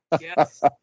Yes